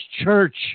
church